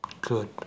good